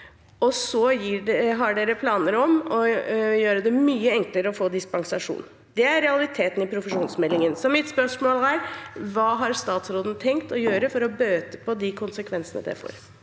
og så har man planer om å gjøre det mye enklere å få dispensasjon. Det er realiteten i profesjonsmeldingen. Så mitt spørsmål er: Hva har statsråden tenkt å gjøre for å bøte på de konsekvensene det får?